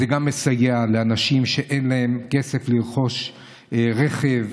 זה גם מסייע לאנשים שאין להם כסף לרכוש רכב,